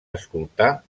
escoltar